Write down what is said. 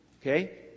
Okay